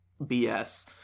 BS